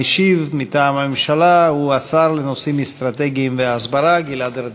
המשיב מטעם הממשלה הוא השר לנושאים אסטרטגיים והסברה גלעד ארדן.